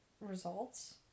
results